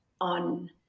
on